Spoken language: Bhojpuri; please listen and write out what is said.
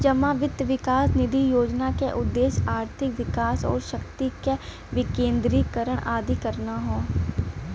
जमा वित्त विकास निधि योजना क उद्देश्य आर्थिक विकास आउर शक्ति क विकेन्द्रीकरण आदि करना हौ